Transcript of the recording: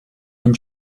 and